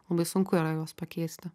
labai sunku yra juos pakeisti